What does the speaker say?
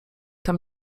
tam